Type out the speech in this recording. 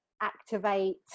activate